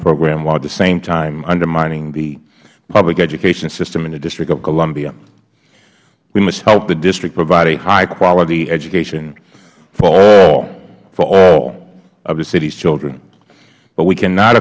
program while at the same time undermining the public education system in the district of columbia we must help the district provide a high quality education for all for all of the city's children but we cannot